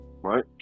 right